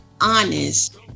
honest